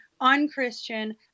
unchristian